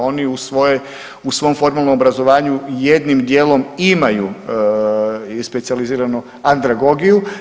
Oni u svom formalnom obrazovanju jednim dijelom imaju i specijaliziranu andragogiju.